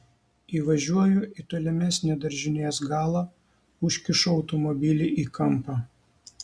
įvažiuoju į tolimesnį daržinės galą užkišu automobilį į kampą